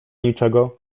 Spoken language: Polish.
niczego